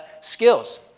skills